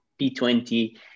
P20